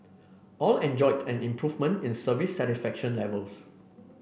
all enjoyed an improvement in service satisfaction levels